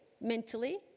mentally